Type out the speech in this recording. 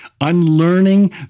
Unlearning